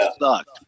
sucked